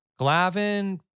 Glavin